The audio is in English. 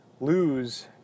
lose